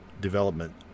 development